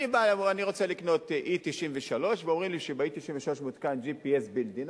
אני רוצה לקנות E93 ואומרים לי שב-E93 מותקן GPS built in,